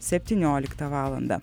septynioliktą valandą